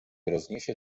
rozniesie